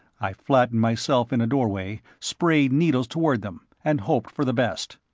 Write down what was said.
i flattened myself in a doorway, sprayed needles toward them, and hoped for the best.